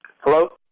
Hello